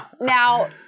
Now